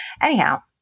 anyhow